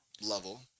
level